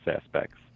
aspects